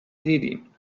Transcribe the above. دیدیم